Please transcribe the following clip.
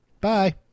Bye